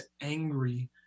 angry